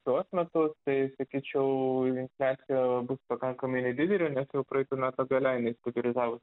šiuos metus tai sakyčiau infliacija bus pakankamai nedidelė nes jau praeitų metų gale stabilizavosi